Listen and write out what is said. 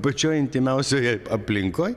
pačioje intymiausioje aplinkoj